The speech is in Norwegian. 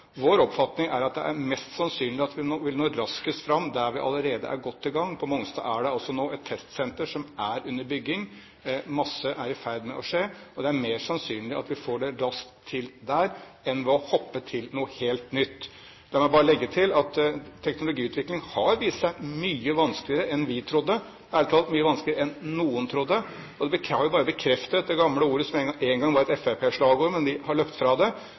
Vår oppfatning er at det er mest sannsynlig at vi når raskest fram der vi allerede er godt i gang. På Mongstad er det altså nå et testsenter som er under bygging. Mye er i ferd med å skje, og det er mer sannsynlig at vi får det raskt til der enn ved å hoppe til noe helt nytt. La meg bare legge til at teknologiutvikling har vist seg mye vanskeligere enn vi trodde – ærlig talt: mye vanskeligere enn noen trodde. Og det har jo bare bekreftet det gamle ordet som en gang var et Fremskrittsparti-slagord – som de har løpt fra,